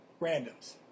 randoms